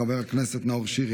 חברת הכנסת מירב כהן,